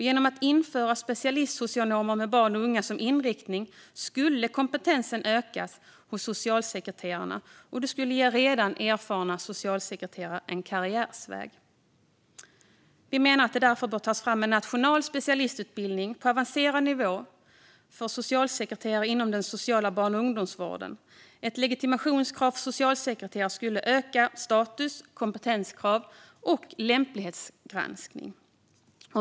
Genom att införa specialistsocionomer med barn och unga som inriktning skulle kompetensen ökas hos socialsekreterarna, och det skulle ge redan erfarna socialsekreterare en karriärväg. Vi menar därför att det bör tas fram en nationell specialistutbildning på avancerad nivå för socialsekreterare inom den sociala barn och ungdomsvården. Ett legitimationskrav för socialsekreterare skulle öka status och kompetenskrav samt innebära en lämplighetsgranskning.